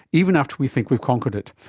even after we think we've conquered it.